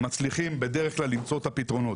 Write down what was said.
מצליחים בדרך כלל למצוא את הפתרונות.